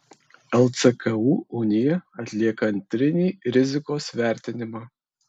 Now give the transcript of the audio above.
lcku unija atlieka antrinį rizikos vertinimą